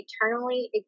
eternally